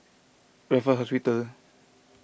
Raffles Hospital